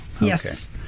yes